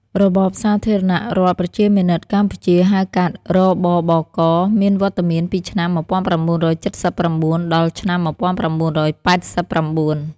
របបសាធារណរដ្ឋប្រជាមានិតកម្ពុជា ហៅកាត់ រ.ប.ប.ក. មានវត្តមានពីឆ្នាំ ១៩៧៩ ដល់ឆ្នាំ ១៩៨៩។